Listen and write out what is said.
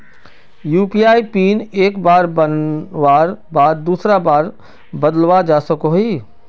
UPI PIN एक बार बनवार बाद दूसरा बार बदलवा सकोहो ही?